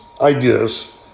ideas